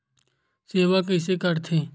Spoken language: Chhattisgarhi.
सेवा कइसे करथे?